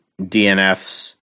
DNFs